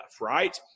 right